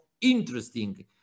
interesting